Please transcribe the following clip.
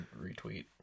retweet